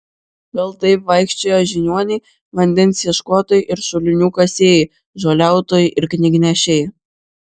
gal taip vaikščiojo žiniuoniai vandens ieškotojai ir šulinių kasėjai žoliautojai ir knygnešiai